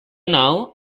now